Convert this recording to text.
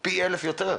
נעשות גבוהות יותר,